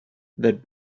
that